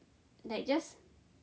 like just